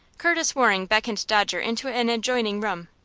curtis waring beckoned dodger into an adjoining room.